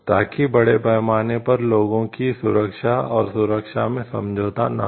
ताकि बड़े पैमाने पर लोगों की सुरक्षा और सुरक्षा से समझौता न हो